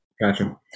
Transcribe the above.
Gotcha